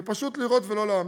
ופשוט לראות ולא להאמין.